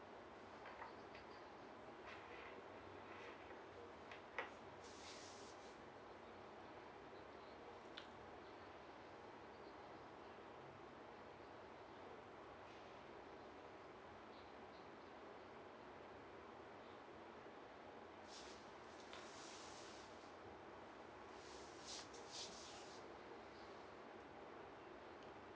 mm